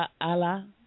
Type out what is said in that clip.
Allah